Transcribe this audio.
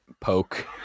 poke